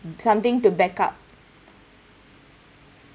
something to backup